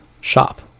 shop